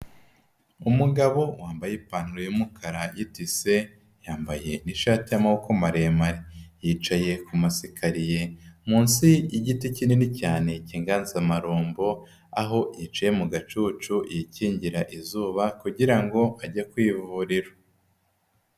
Umugabo wambaye ipantaro y'umukara yitise, yambaye n'ishati y'amaboko maremare. Yicaye ku masikariye munsi y'igiti kinini cyane cy'inganzamarumbo, aho yicaye mu gacucu yikingira izuba kugira ngo ajye ku ivuriro.